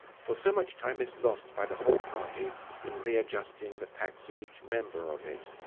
for so much time is lost by the whole party in re-adjusting the packs of each member of it,